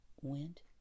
went